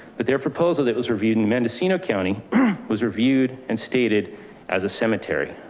but their proposal that was reviewed in mendocino county was reviewed and stated as a cemetery.